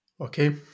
Okay